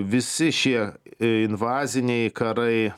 visi šie invaziniai karai